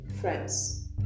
friends